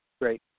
Great